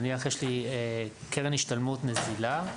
נניח יש לי קרן השתלמות נזילה,